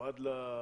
או עד ללקוחות,